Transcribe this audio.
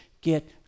get